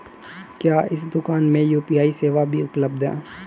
क्या इस दूकान में यू.पी.आई सेवा भी उपलब्ध है?